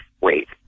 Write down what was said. wait